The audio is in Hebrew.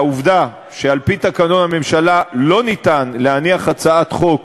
והעובדה שעל-פי תקנון הממשלה אין אפשרות להניח הצעת חוק